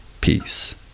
Peace